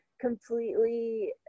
completely